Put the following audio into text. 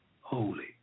holy